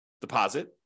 deposit